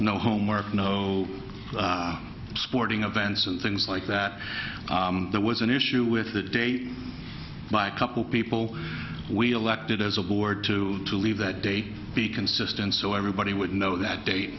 no homework no sporting events and things like that there was an issue with the date by a couple people we elected as a board to to leave that day be consistent so everybody would know that day